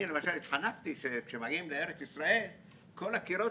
אני למשל התחנכתי שכשמגיעים לארץ ישראל כל הקירות,